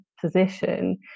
position